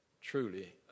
truly